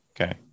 Okay